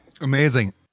Amazing